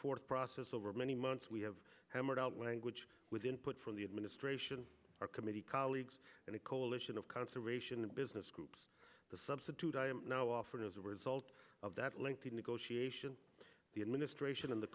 forth process over many months we have hammered out when and which with input from the administration our committee colleagues and a coalition of conservation and business groups the substitute i am now offered as a result of that lengthy negotiation the administration and the